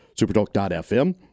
Supertalk.fm